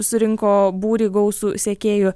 surinko būrį gausų sekėjų